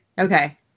Okay